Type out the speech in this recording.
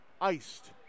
iced